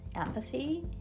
empathy